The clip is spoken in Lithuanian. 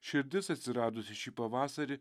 širdis atsiradusi šį pavasarį